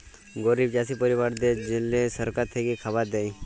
গরিব চাষী পরিবারদ্যাদের জল্যে সরকার থেক্যে খাবার দ্যায়